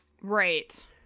Right